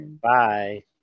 bye